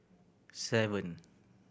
seven